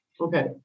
Okay